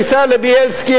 תיסע לבילסקי,